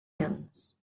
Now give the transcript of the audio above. guns